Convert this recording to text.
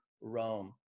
Rome